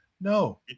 No